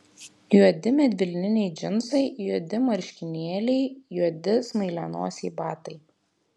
juodi medvilniniai džinsai juodi marškinėliai juodi smailianosiai batai